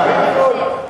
רבותי,